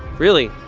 really,